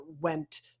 went